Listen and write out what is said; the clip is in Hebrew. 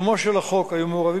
בלבד,